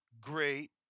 great